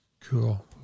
Cool